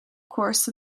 course